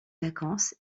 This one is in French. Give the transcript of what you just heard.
vacances